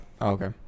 okay